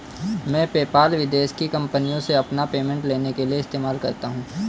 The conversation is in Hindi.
मैं पेपाल विदेश की कंपनीयों से अपना पेमेंट लेने के लिए इस्तेमाल करता हूँ